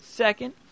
Second